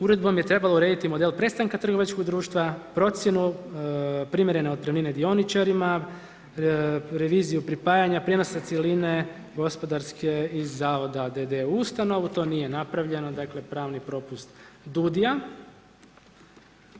Uredbom je trebao urediti model prestanka trgovačkog društva, procjenu, primjerene otpremnine dioničarima, reviziju pripremanja, prijenosa cjeline gospodarske i zavoda d.d. u ustanovu, to nije napravljeno, dakle, pravni propust DUUDI-a.